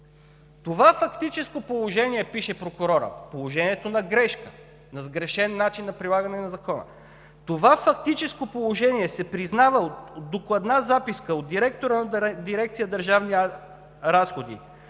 Това фактическо положение – пише прокурорът, положението на грешка, на сгрешен начин на прилагане на закона – се признава от докладна записка от директора на дирекция „Държавни разходи“,